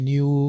New